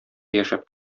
яшәп